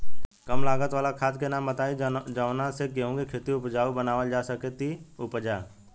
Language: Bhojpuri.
कम लागत वाला खाद के नाम बताई जवना से गेहूं के खेती उपजाऊ बनावल जा सके ती उपजा?